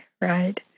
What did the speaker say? right